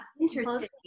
Interesting